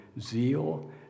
zeal